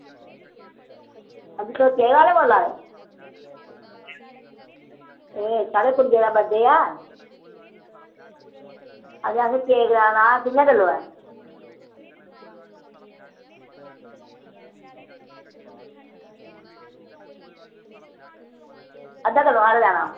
हां जी तुस केक आह्ले बोला दे एह् साढ़ी कुड़ियै दा बर्थडे ऐ ते असें केक लैना कि'यां किल्लो ऐ अद्धा किल्लो हारा लैना